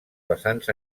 vessants